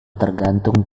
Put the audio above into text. tergantung